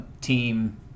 team